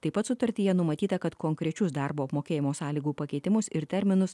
taip pat sutartyje numatyta kad konkrečius darbo apmokėjimo sąlygų pakeitimus ir terminus